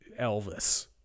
Elvis